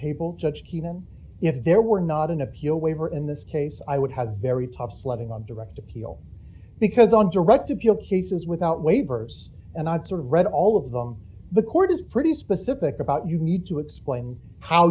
human if there were not an appeal waver in this case i would have a very tough sledding on direct appeal because on direct appeal cases without waivers and i'd sort of read all of them the court is pretty specific about you need to explain how